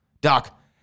Doc